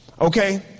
okay